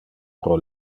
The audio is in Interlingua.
pro